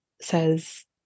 says